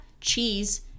cheese